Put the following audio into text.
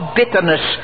bitterness